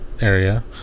area